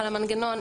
על המנגנון.